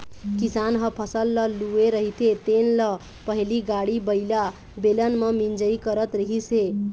किसान ह फसल ल लूए रहिथे तेन ल पहिली गाड़ी बइला, बेलन म मिंजई करत रिहिस हे